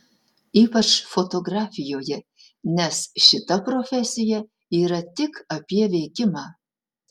ypač fotografijoje nes šita profesija yra tik apie veikimą